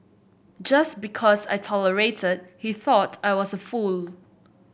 just because I tolerated he thought I was a fool